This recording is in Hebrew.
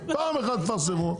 פעם אחת תפרסמו.